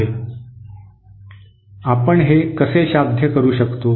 आपण हे कसे साध्य करू शकतो